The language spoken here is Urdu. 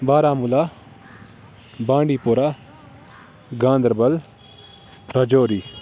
بارہ مولہ بانڈی پورہ گاندربل راجوری